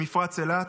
במפרץ אילת,